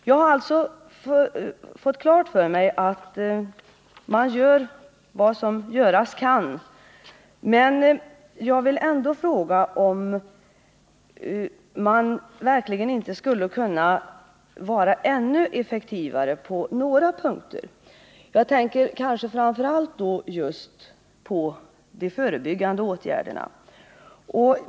Jag har alltså fått klart för mig att man nog gör vad som göras kan. Men jag vill ändå fråga, om man verkligen inte skulle kunna vara ännu effektivare på några punkter. Jag tänker då framför allt på de förebyggande åtgärderna.